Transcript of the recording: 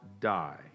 die